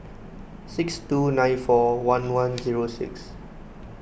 six two nine four one one zero six